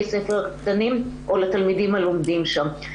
הספר הקטנים או לתלמידים שלומדים שם.